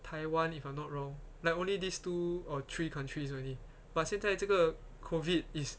taiwan if I'm not wrong like only these two or three countries only but 现在这个 COVID is